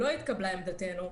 לא התקבלה עמדתנו,